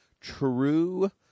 true